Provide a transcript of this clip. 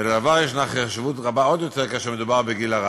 ולדבר יש חשיבות רבה עוד יותר כאשר מדובר בגיל הרך.